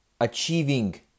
achieving